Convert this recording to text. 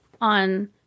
on